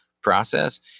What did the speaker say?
process